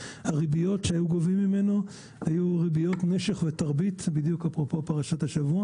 הריביות שהיו גובים ממנו היו ריביות נשך ותרבית אפרופו פרשת השבוע